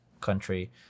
country